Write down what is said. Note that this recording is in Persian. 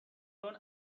چون